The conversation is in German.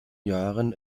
jahren